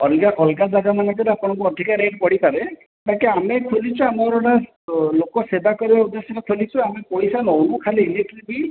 ଅଲଗା ଅଲଗା ଜାଗା ମାନଙ୍କରେ ଆପଣଙ୍କୁ ଅଧିକା ରେଟ୍ ପଡ଼ିପାରେ ବାକି ଆମେ ଖୋଲିଛୁ ଆମର ଏଇଟା ଲୋକ ସେବା କରିବା ଉଦ୍ଦେଶ୍ୟରେ ଖୋଲିଛୁ ଆମେ ପଇସା ନେଉନୁ ଖାଲି ଇଲେକ୍ଟ୍ରି ବିଲ୍